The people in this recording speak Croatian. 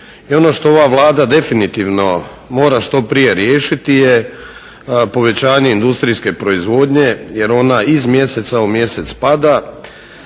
I ono što ova Vlada definitivno mora što prije riješiti je povećanje industrijske proizvodnje jer ona iz mjeseca u mjesec pada,